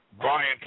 Brian